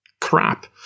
crap